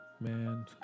man